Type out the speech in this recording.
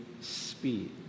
speed